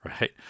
right